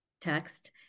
text